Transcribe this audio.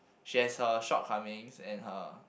she has her short comings and her